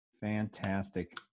fantastic